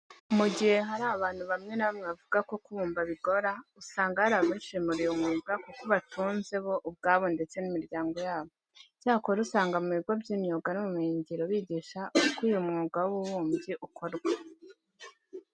Mu gihe hari abantu bamwe na bamwe bavuga ko kubumba bigora, usanga hari abishimira uyu mwuga kuko ubatunze bo ubwabo ndetse n'imiryango yabo. Icyakora usanga mu bigo by'imyuga n'ubumenyingiro bigisha uko uyu mwuga w'ububumbyi ukorwa.